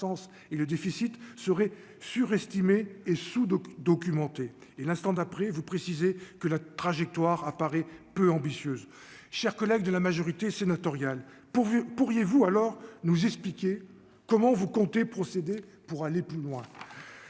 et le déficit serait surestimer et sous-de documenter et l'instant d'après vous préciser que la trajectoire à Paris peu ambitieuse, chers collègues de la majorité sénatoriale pour vous pourriez-vous alors nous expliquer comment vous comptez procéder pour aller plus loin,